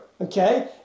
okay